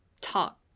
talk